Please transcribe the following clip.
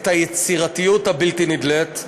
את היצירתיות הבלתי-נדלית.